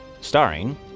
Starring